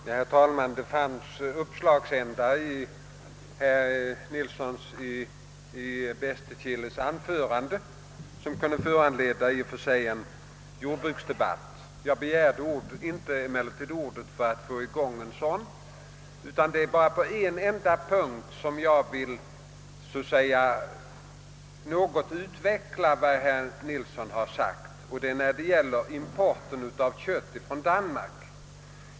Herr talman! Det fanns uppslagsändar i herr Nilssons i Bästekille anförande som i och för sig kunde föranleda en jordbruksdebatt. Jag begärde emellertid inte ordet för att få i gång en sådan, utan det är bara på en enda punkt som jag vill något utveckla vad herr Nilsson har sagt, nämligen i fråga om importen av kött från Danmark.